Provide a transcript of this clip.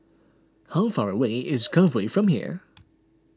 how far away is Cove Way from here